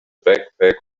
backpack